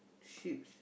sheeps